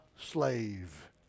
slave